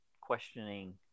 questioning